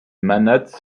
manates